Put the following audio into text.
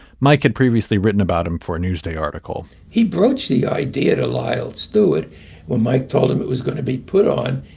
mike had previously written about him for newsday article he broached the idea to lyle stewart when mike told him it was going to be put on.